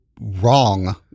wrong